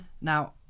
Now